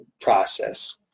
process